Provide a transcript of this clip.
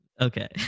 Okay